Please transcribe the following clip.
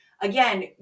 again